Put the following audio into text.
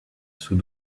sous